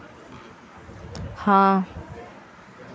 हाँ